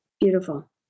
beautiful